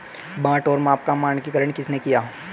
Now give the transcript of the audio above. बाट और माप का मानकीकरण किसने किया?